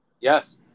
Yes